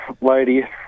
lady